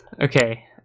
Okay